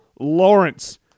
Lawrence